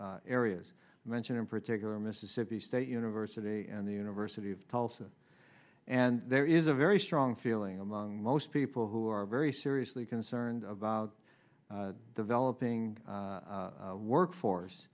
areas mentioned in particular mississippi state university and the university of tulsa and there is a very strong feeling among most people who are very seriously concerned about developing workforce